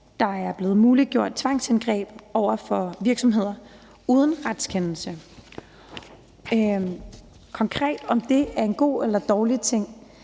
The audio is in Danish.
år er blevet muliggjort tvangsindgreb over for virksomheder uden retskendelse. Om det konkret er en god eller dårlig ting